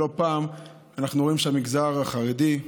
לא פעם אנחנו רואים שהמגזר החרדי,